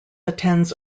attends